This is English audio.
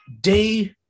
day